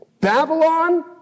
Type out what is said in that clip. Babylon